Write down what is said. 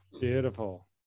Beautiful